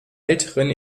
älteren